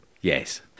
Yes